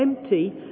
empty